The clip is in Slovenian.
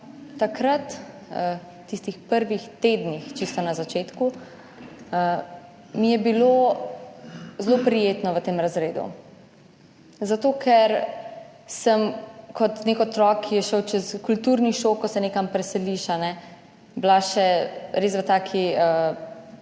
takrat v tistih prvih tednih, čisto na začetku, mi je bilo zelo prijetno v tem razredu, zato ker sem kot nek otrok, ki je šel čez kulturni šok, ko se nekam preseliš, bila še res v taki